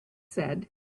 said